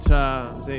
times